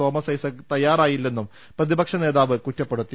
Thomas Isaac തയ്യാറായില്ലെന്നും പ്രതിപക്ഷ നേതാവ് കുറ്റ പ്പെടുത്തി